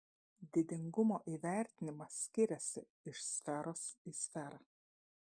didingumo įvertinimas skiriasi iš sferos į sferą